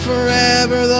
forever